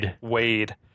Wade